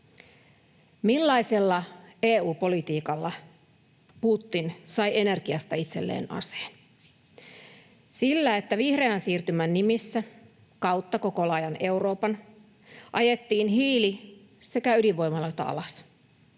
Millaisella EU-politiikalla Putin sai energiasta itselleen aseen? Sillä, että vihreän siirtymän nimissä kautta koko laajan Euroopan ajettiin hiili- sekä ydinvoimaloita alas,